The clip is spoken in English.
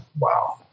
wow